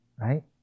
right